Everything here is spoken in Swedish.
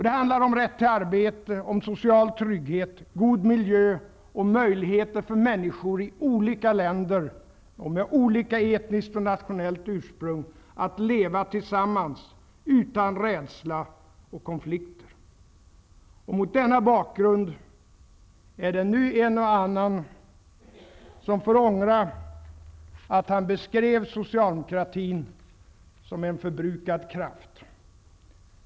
Det handlar om rätt till arbete, social trygghet, god miljö och möjligheter för människor i olika länder, med olika etniskt och nationellt ursprung, att leva tillsammans, utan rädsla och konflikter. Mot denna bakgrund är det nu en och annan som får ångra att han beskrev socialdemokratin som en förbrukad kraft.